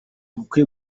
ubukwe